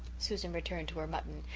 susan returned to her mutton,